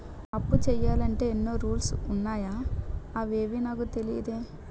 అప్పు చెయ్యాలంటే ఎన్నో రూల్స్ ఉన్నాయా అవేవీ నాకు తెలీదే